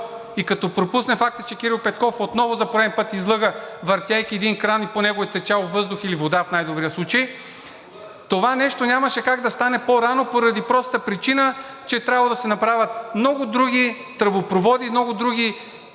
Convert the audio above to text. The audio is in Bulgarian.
и като пропуснем факта, че Кирил Петков отново за пореден път излъга, въртейки един кран и по него течало въздух или вода – в най-добрия случай, това нещо нямаше как да стане по-рано, поради простата причина, че е трябвало да се направят много други тръбопроводи и много други